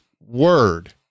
word